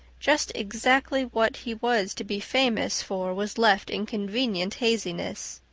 just exactly what he was to be famous for was left in convenient haziness,